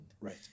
Right